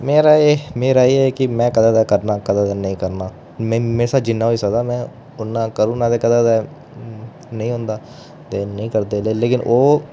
मेरा एह् मेरा एह् ऐ की में कदें करना ते कदें नेईं करना कदे कदे नेईं करना मेरे शा जि'न्ना होई सकदा में उ'न्ना करी ओड़ना कदें कदें ते नेईं होंदा ते नेईं करदे लेकिन ओह्